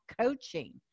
coaching